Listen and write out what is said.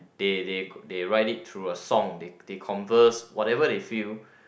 they they they write it through a song they they converse whatever they feel